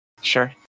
Sure